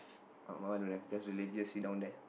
oh my one don't have just the lady sit down there